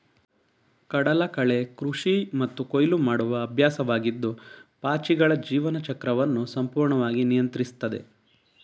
ಕಡಲಕಳೆ ಕೃಷಿ ಮತ್ತು ಕೊಯ್ಲು ಮಾಡುವ ಅಭ್ಯಾಸವಾಗಿದ್ದು ಪಾಚಿಗಳ ಜೀವನ ಚಕ್ರವನ್ನು ಸಂಪೂರ್ಣವಾಗಿ ನಿಯಂತ್ರಿಸ್ತದೆ